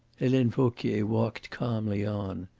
helene vauquier walked calmly on.